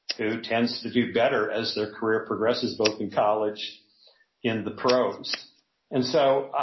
who tends to do better as their career progresses both in college in the pros and so, ah